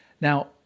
Now